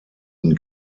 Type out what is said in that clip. und